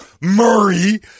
Murray